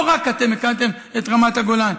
לא רק אתם הקמתם את רמת הגולן.